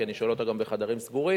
כי אני שואל אותה גם בחדרים סגורים,